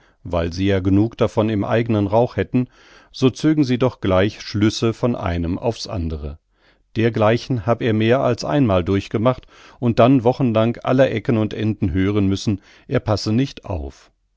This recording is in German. weil sie ja genug davon im eignen rauch hätten so zögen sie doch gleich schlüsse vom einen aufs andre dergleichen hab er mehr als einmal durchgemacht und dann wochenlang aller ecken und enden hören müssen er passe nicht auf